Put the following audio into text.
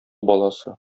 баласы